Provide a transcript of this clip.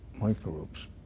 microbes